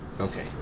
Okay